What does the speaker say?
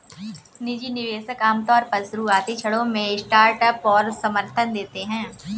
निजी निवेशक आमतौर पर शुरुआती क्षणों में स्टार्टअप को समर्थन देते हैं